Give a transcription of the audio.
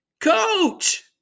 coach